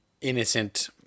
innocent